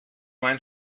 mein